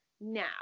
now